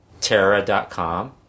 Terra.com